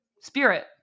spirit